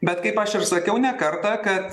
bet kaip aš ir sakiau ne kartą kad